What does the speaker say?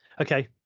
okay